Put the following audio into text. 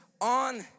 on